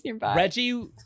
Reggie